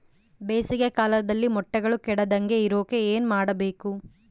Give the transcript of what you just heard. ಬೇಸಿಗೆ ಕಾಲದಲ್ಲಿ ಮೊಟ್ಟೆಗಳು ಕೆಡದಂಗೆ ಇರೋಕೆ ಏನು ಮಾಡಬೇಕು?